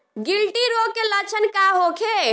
गिल्टी रोग के लक्षण का होखे?